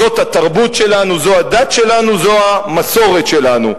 זאת התרבות שלנו, זאת הדת שלנו, זאת המסורת שלנו.